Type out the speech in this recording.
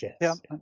Yes